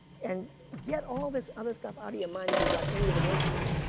and get all this other stuff out of your mind if you got any of it into it,